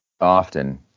often